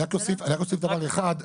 אני רק אוסיף דבר אחד,